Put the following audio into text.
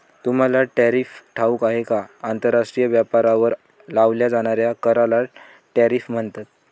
तुम्हाला टॅरिफ ठाऊक आहे का? आंतरराष्ट्रीय व्यापारावर लावल्या जाणाऱ्या कराला टॅरिफ म्हणतात